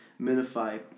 minify